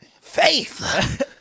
Faith